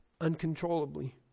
uncontrollably